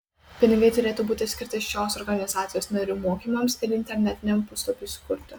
pinigai turėtų būti skirti šios organizacijos narių mokymams ir internetiniam puslapiui sukurti